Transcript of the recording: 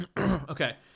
Okay